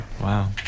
Wow